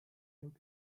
took